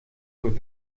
with